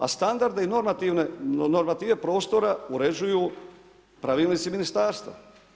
A standarde i normative prostora uređuju pravilnici ministarstva.